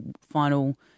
final